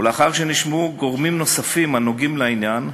ולאחר שנשמעו גורמים נוספים הנוגעים בעניין,